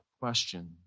question